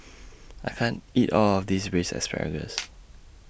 I can't eat All of This Braised Asparagus